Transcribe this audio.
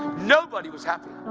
nobody was happy,